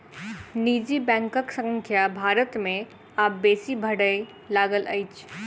निजी बैंकक संख्या भारत मे आब बेसी बढ़य लागल अछि